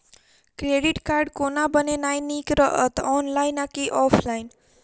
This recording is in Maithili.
क्रेडिट कार्ड कोना बनेनाय नीक रहत? ऑनलाइन आ की ऑफलाइन?